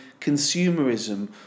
consumerism